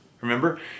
Remember